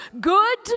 Good